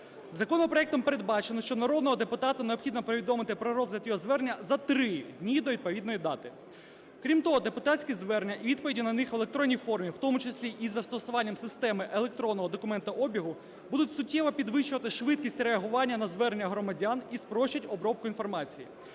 Законопроектом передбачено, що народного депутата необхідно повідомити про розгляд його звернення за 3 дні до відповідної дати. Крім того, депутатські звернення і відповіді на них в електронній формі, в тому числі із застосуванням системи електронного документообігу, будуть суттєво підвищувати швидкість реагування на звернення громадян і спростять обробку інформації.